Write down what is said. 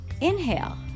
inhale